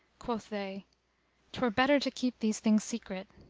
quoth they twere better to keep these things secret.